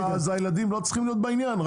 הילדים לא צריכים להיות בעניין?